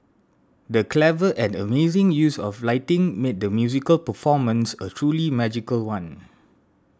the clever and amazing use of lighting made the musical performance a truly magical one